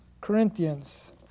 Corinthians